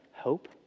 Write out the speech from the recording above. hope